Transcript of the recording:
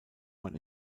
man